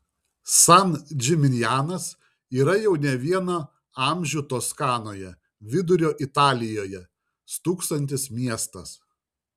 san džiminjanas yra jau ne vieną amžių toskanoje vidurio italijoje stūksantis miestas